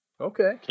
Okay